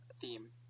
theme